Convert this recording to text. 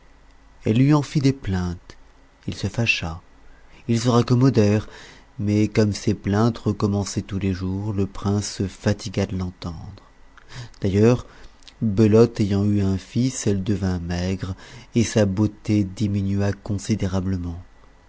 elle lui en fit des plaintes il se fâcha ils se raccommodèrent mais comme ces plaintes recommençaient tous les jours le prince se fatigua de l'entendre d'ailleurs belote ayant eu un fils elle devint maigre et sa beauté diminua considérablement